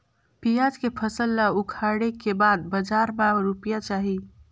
पियाज के फसल ला उखाड़े के बाद बजार मा रुपिया जाही?